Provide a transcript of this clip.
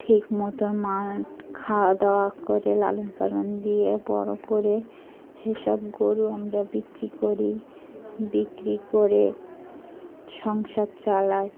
ঠিকমতো মাড় খাওয়া দাওয়া করে লালন পালন দিয়ে বড়ো করে সেসব গরু আমরা বিক্রি করি বিক্রি করে সংসার চালাই